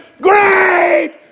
great